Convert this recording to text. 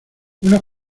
una